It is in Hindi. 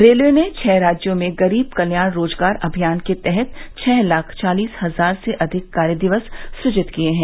रेलवे ने छह राज्यों में गरीब कल्याण रोजगार अभियान के तहत छह लाख चालिस हजार से अधिक कार्य दिवस सृजित किए हैं